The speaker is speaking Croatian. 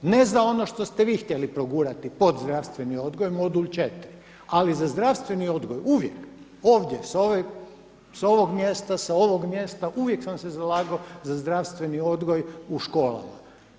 Ne za ono što ste vi htjeli progurati pod zdravstveni odgoj modul 4, ali za zdravstveni odgoj uvijek, ovdje s ovog mjesta, s ovog mjesta uvijek sam se zalagao za zdravstveni odgoj u školama.